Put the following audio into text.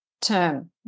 term